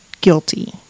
guilty